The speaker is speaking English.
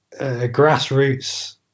grassroots